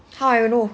how I know